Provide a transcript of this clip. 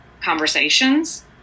conversations